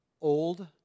old